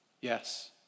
Yes